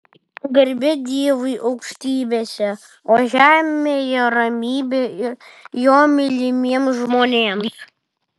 garbė dievui aukštybėse o žemėje ramybė jo mylimiems žmonėms